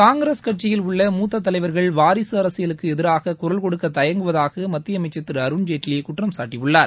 காங்கிரஸ் கட்சியில் உள்ள மூத்த தலைவர்கள் வாரிசு அரசியலுக்கு எதிராக குரல் கொடுக்க தயங்குவதாக மத்திய அமைச்சர் திரு அருண்ஜேட்வி குற்றம் சாட்டியுள்ளார்